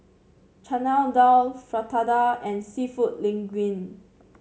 Chana Dal Fritada and seafood Linguine